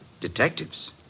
Detectives